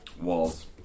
Walls